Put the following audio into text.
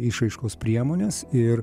išraiškos priemonės ir